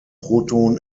proton